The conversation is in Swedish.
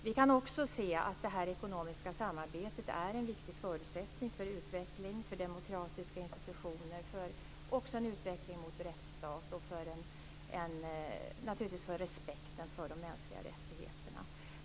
Vi kan också se att det här ekonomiska samarbetet är en viktig förutsättning för utveckling, för demokratiska institutioner och för en utveckling mot en rättsstat, och naturligtvis för respekten för de mänskliga rättigheterna.